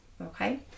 okay